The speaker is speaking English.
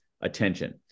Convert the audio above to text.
attention